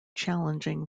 challenging